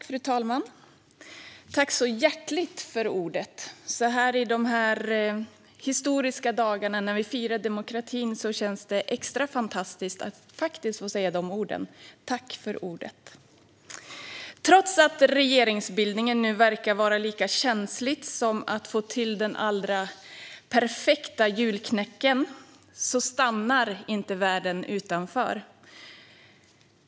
Fru talman! Tack så hjärtligt för ordet! I dessa historiska dagar när vi firar demokratin känns det extra fantastiskt att få säga de orden: Tack för ordet! Trots att regeringsbildningen nu verkar vara lika känslig som att få till den allra mest perfekta julknäcken stannar inte världen utanför.